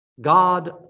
God